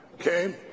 okay